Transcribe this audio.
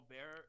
Bear